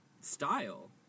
style